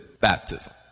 baptism